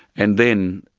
and then,